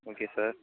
okay sir